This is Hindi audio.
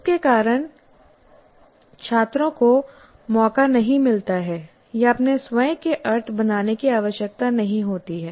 उसके कारण छात्रों को मौका नहीं मिलता है या अपने स्वयं के अर्थ बनाने की आवश्यकता नहीं होती है